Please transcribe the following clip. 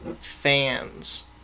fans